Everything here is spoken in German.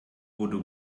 wurde